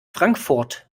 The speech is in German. frankfurt